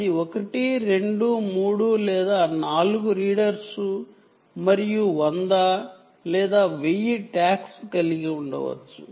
అది 1 2 3 లేదా 4 రీడర్స్ మరియు 100 లేదా 1000 టాగ్స్ కలిగి ఉండవచ్చు